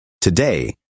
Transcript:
Today